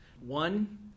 One